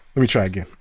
let me try again.